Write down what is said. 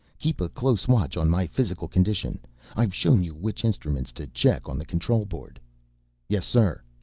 keep a close watch on my physical condition i've shown you which instruments to check on the control board yes sir.